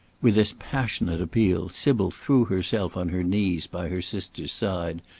with this passionate appeal, sybil threw herself on her knees by her sister's side,